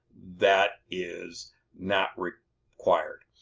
that is not required.